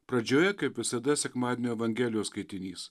pradžioje kaip visada sekmadienio evangelijos skaitinys